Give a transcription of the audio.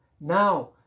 now